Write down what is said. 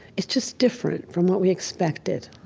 it's just different from what we expected.